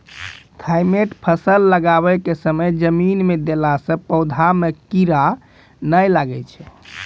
Thimet फ़सल लगाबै के समय जमीन मे देला से पौधा मे कीड़ा नैय लागै छै?